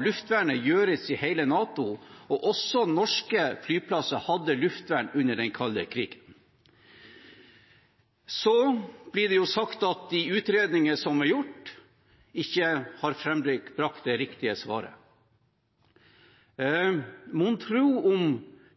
Luftvernet styrkes i hele NATO. Også norske flyplasser hadde luftvern under den kalde krigen. Det ble sagt at de utredninger som er gjort, ikke har frambrakt det riktige svaret. Mon tro om